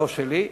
לא שלי.